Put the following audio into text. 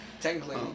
Technically